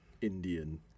Indian